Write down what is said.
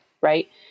right